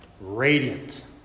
radiant